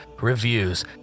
reviews